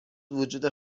وجود